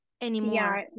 anymore